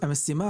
המשימה,